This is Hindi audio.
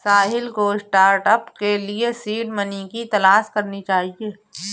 साहिल को स्टार्टअप के लिए सीड मनी की तलाश करनी चाहिए